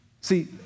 See